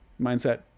mindset